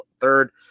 third